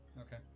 Okay